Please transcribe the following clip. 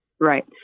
Right